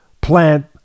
plant